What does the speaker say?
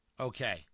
Okay